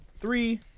three